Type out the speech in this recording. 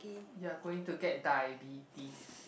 you are going to get diabetes